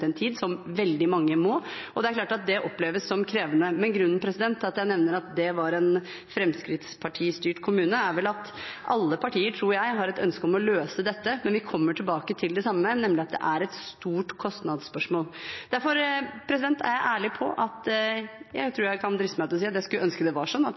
en tid, som veldig mange må, og det er klart at det oppleves som krevende. Grunnen til at jeg nevner at det var en fremskrittspartistyrt kommune, er vel at jeg tror alle partier har et ønske om å løse dette, men vi kommer tilbake til det samme, nemlig at det er et stort kostnadsspørsmål. Derfor er jeg ærlig om, og jeg tror jeg kan driste meg til å si, at jeg skulle ønske det var sånn at